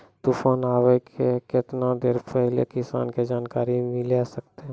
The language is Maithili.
तूफान आबय के केतना देर पहिले किसान के जानकारी मिले सकते?